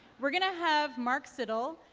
we're going to have mark siddall,